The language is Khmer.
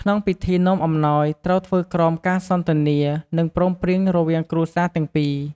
ក្នុងពិធីនាំអំណោយត្រូវធ្វើក្រោមការសន្ទនា និងព្រមព្រៀងរវាងគ្រួសារទាំងពីរ។